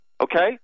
okay